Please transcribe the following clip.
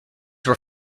were